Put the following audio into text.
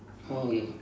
okay